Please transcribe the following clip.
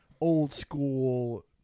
old-school